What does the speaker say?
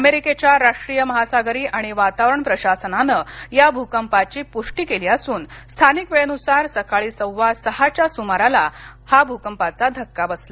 अमेरिकेच्या राष्ट्रीय महासागरी आणि वातावरण प्रशासनानं या भूकंपाची पुष्टि केली असून स्थानिक वेळेनुसार सकाळी सव्वा सहाच्या सुमारास हा भूकंपाचा धक्का बसला